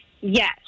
Yes